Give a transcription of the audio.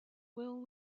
will